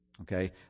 Okay